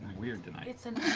weird tonight. and